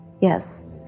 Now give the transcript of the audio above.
yes